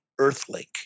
Earthlink